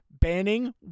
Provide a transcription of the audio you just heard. banning